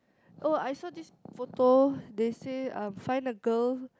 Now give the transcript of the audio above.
oh I saw this photo they say um find a girl